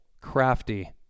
Crafty